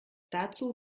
dazu